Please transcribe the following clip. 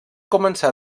començar